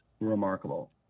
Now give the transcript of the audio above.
remarkable